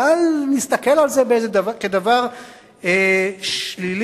ואל נסתכל על זה כדבר שלילי,